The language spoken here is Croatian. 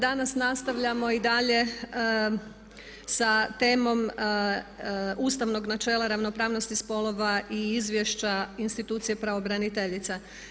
Danas nastavljamo i dalje sa temom ustavnog načela ravnopravnosti spolova i izvješća institucije pravobraniteljice.